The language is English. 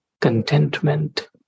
contentment